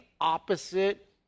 opposite